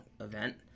event